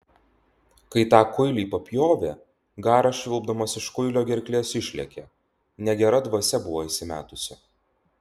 kai tą kuilį papjovė garas švilpdamas iš kuilio gerklės išlėkė negera dvasia buvo įsimetusi